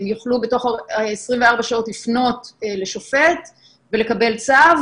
הם יוכלו בתוך 24 שעות לפנות לשופט ולקבל צו.